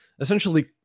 essentially